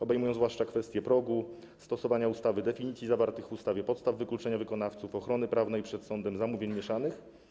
Obejmują zwłaszcza kwestię progu, stosowania ustawy, definicji zawartych w ustawie, podstaw wykluczenia wykonawców i ochrony prawnej przed sądem zamówień mieszanych.